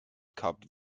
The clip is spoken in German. kap